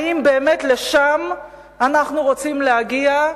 האם באמת לשם אנחנו רוצים להגיע,